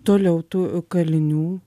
toliau tų kalinių